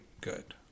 good